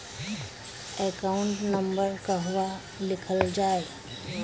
Account number कहवा लिखल जाइ?